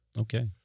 Okay